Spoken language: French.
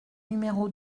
numéro